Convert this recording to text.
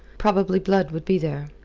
probably blood would be there.